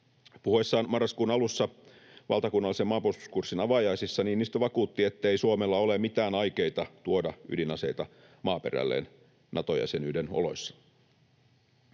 Puhuessaan marraskuun alussa valtakunnallisen maanpuolustuskurssin avajaisissa Niinistö vakuutti, ettei Suomella ole mitään aikeita tuoda ydinaseita maaperälleen Nato-jäsenyyden oloissa.